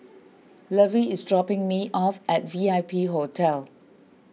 Lovie is dropping me off at V I P Hotel